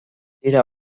hasiera